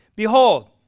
Behold